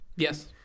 Yes